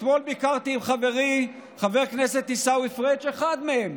אתמול ביקרתי עם חברי חבר הכנסת עיסאווי פריג' אחד מהם,